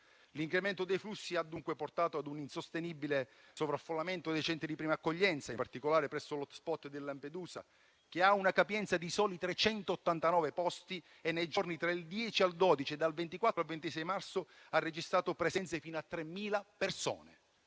L'incremento dei flussi ha dunque portato a un insostenibile sovraffollamento dei centri di prima accoglienza, in particolare presso l'*hotspot* di Lampedusa, che ha una capienza di soli 389 posti e nei giorni tra il 10 e il 12 e dal 24 al 26 marzo ha registrato presenze fino a 3.000 persone.